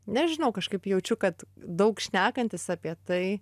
nežinau kažkaip jaučiu kad daug šnekantis apie tai